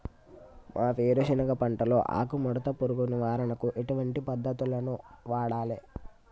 మా వేరుశెనగ పంటలో ఆకుముడత పురుగు నివారణకు ఎటువంటి పద్దతులను వాడాలే?